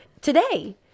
today